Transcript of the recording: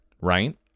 right